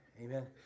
Amen